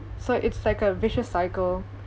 so it's like a vicious cycle